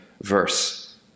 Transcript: verse